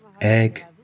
egg